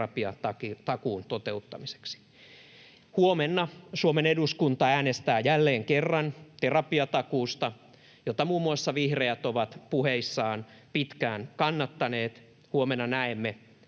terapiatakuun toteuttamiseksi. Huomenna Suomen eduskunta äänestää jälleen kerran terapiatakuusta, jota muun muassa vihreät ovat puheissaan pitkään kannattaneet. Huomenna näemme,